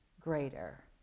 greater